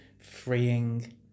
freeing